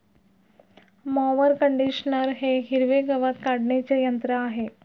mower conditioner हे हिरवे गवत काढणीचे यंत्र आहे